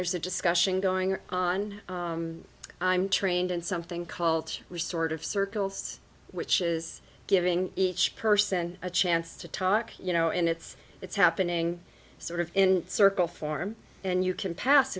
there's a discussion going on i'm trained in something called which sort of circles which is giving each person a chance to talk you know and it's it's happening sort of in circle form and you can pass